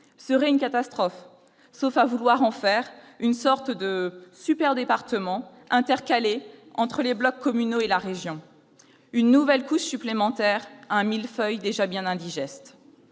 serait une catastrophe, sauf à vouloir en faire une sorte de « super-département » intercalé entre les blocs communaux et la région. Une nouvelle couche supplémentaire à un millefeuille déjà bien indigeste